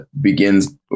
begins